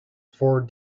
for